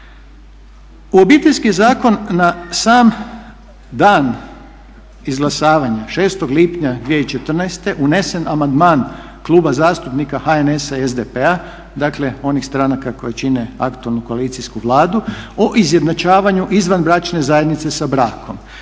U Obiteljski zakon na sam dan izglasavanja 6. lipnja 2014. unesen amandman Kluba zastupnika HNS-a i SDP-a, dakle onih stranaka koji čine aktualnu koalicijsku Vladu o izjednačavanju izvanbračne zajednice sa brakom.